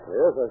yes